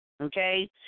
Okay